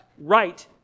Right